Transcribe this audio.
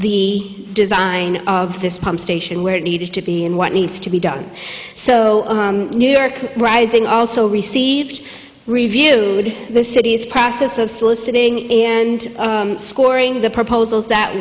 the design of this pump station where it needed to be and what needs to be done so new york rising also received review the city's process of soliciting and scoring the proposals that